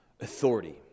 authority